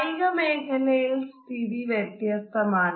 കായിക മേഖലയിൽ സ്ഥിതി വ്യതസ്തമാണ്